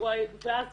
ואז